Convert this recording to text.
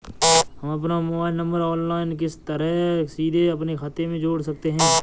हम अपना mobile number online किस तरह सीधे अपने खाते में जोड़ सकते हैं?